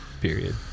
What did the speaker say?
period